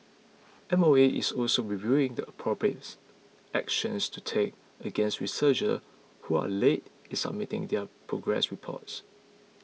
M O E is also reviewing the appropriates actions to take against researcher who are late in submitting their progress reports